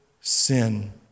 sin